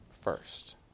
first